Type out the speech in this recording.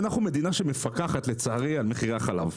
ואנחנו מדינה שמפקחת לצערי על מחירי החלב,